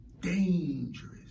dangerous